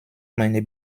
meine